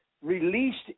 released